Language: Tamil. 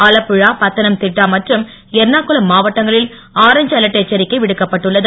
ஆலப்புழா பத்தனம் திட்டா மற்றும் எர்ணாகுளம் மாவட்டங்களில் ஆரஞ்ச் அலர்ட் எச்சரிக்கை விடுக்கப்பட்டுள்ளது